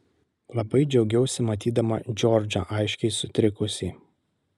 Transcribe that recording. labai džiaugiausi matydama džordžą aiškiai sutrikusį